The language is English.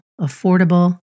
affordable